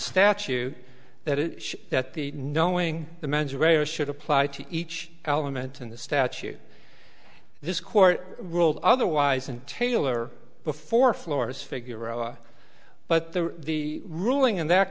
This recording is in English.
statute that is that the knowing the mens rea or should apply to each element in the statute this court ruled otherwise and taylor before floors figure but the the ruling in that